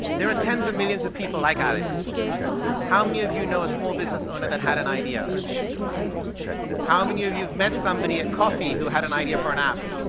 there are tens of millions of people like alex how many of you know a small business owner that had an idea how many of you've met somebody at coffee who had an idea for an app?